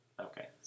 Okay